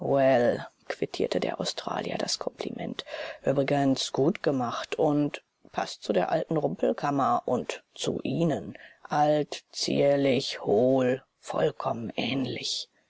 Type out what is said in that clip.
quittierte der australier das kompliment übrigens gut gemacht und paßt zu der alten rumpelkammer und zu ihnen alt zierlich hohl vollkommen ähnlich